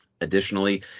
Additionally